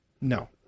No